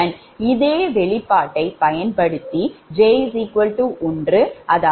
இதே வெளிப்பாட்டைப் பயன்படுத்தி j 1 அதாவது Z12 0